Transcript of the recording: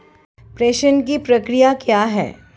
प्रेषण की प्रक्रिया क्या है?